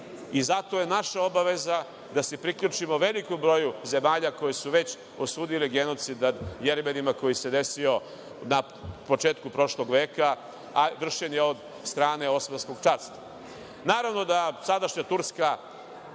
i zato je naša obaveza da se priključimo velikom broju zemalja koji su već osudili genocid nad Jermenima koji se desio na početku prošlog veka, a vršen je od strane Osmanskog carstva. Naravno da sadašnja Turska,